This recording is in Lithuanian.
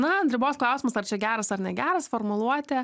na ant ribos klausimas ar čia geras ar negeras formuluotė